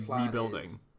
rebuilding